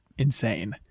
insane